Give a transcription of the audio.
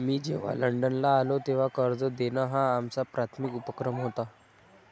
मी जेव्हा लंडनला आलो, तेव्हा कर्ज देणं हा आमचा प्राथमिक उपक्रम होता